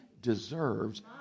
deserves